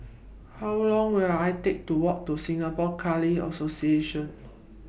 How Long Will IT Take to Walk to Singapore Khalsa Association